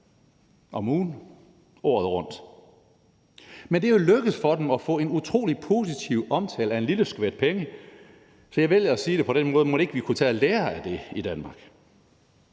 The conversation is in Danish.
om ugen, året rundt. Men det er jo lykkedes for dem at få en utrolig positiv omtale ud af en lille sjat penge, så jeg vælger at sige det på denne måde: Mon ikke vi skulle tage at lære af det i Danmark?